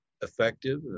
effective